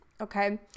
okay